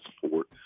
support